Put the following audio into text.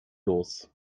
los